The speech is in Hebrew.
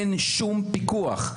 אין שום פיקוח.